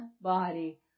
body